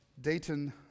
Dayton